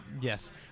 Yes